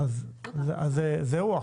זו ההחלטה.